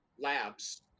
labs